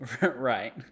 Right